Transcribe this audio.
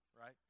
right